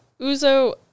Uzo